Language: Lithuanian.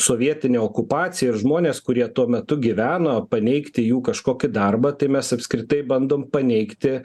sovietinę okupaciją ir žmonės kurie tuo metu gyveno paneigti jų kažkokį darbą tai mes apskritai bandom paneigti